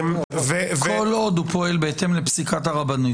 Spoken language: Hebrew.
כל עוד הוא פועל בהתאם לפסיקת הרבנות.